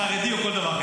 חרדי או כל דבר אחר.